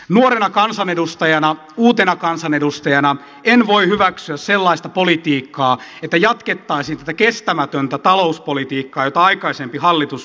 nuorena kansanedustajana uutena kansanedustajana en voi hyväksyä sellaista politiikkaa että jatkettaisiin tätä kestämätöntä talouspolitiikkaa jota aikaisempi hallitus harjoitti